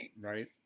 right